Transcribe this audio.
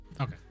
okay